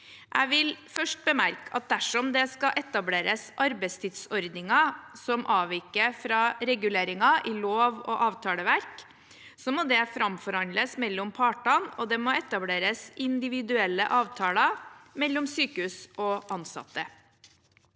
Jeg vil først bemerke at dersom det skal etableres arbeidstidsordninger som avviker fra reguleringer i lov og avtaleverk, må det framforhandles mellom partene, og det må etableres individuelle avtaler mellom sykehus og ansatte.